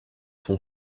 son